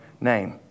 name